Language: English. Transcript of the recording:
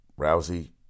Rousey